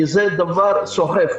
כי זה דבר שוחק.